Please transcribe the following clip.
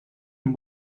amb